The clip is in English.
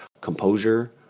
composure